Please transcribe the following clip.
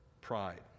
pride